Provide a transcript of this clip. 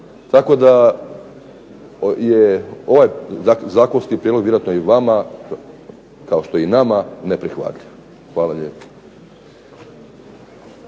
Tako da je ovaj zakonski prijedlog vjerojatno i vama kao što je i nama neprihvatljiv. Hvala lijepo.